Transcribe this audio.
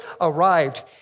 arrived